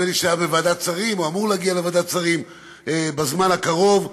נדמה לי שהיה בוועדת שרים או אמור להגיע לוועדת שרים בזמן הקרוב.